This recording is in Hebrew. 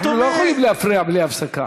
אנחנו לא יכולים להפריע בלי הפסקה.